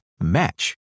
match